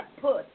put